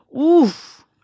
oof